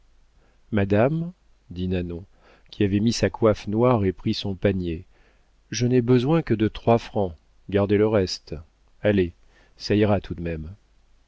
madame dit nanon qui avait mis sa coiffe noire et pris son panier je n'ai besoin que de trois francs gardez le reste allez ça ira tout de même